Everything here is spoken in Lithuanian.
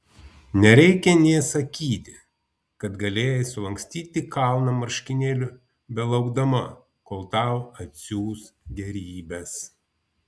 nereikia nė sakyti kad galėjai sulankstyti kalną marškinėlių belaukdama kol tau atsiųs gėrybes